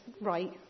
right